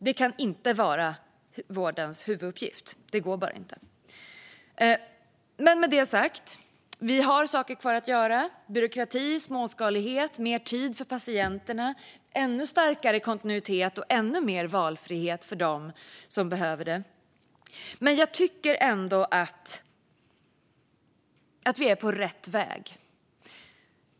Det kan inte vara vårdens huvuduppgift; det går bara inte. Med detta sagt: Vi har saker kvar att göra. Det handlar om byråkrati, småskalighet, mer tid för patienterna, en ännu starkare kontinuitet och ännu mer valfrihet för dem som behöver det. Men jag tycker ändå att vi är på rätt väg.